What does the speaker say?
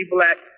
Black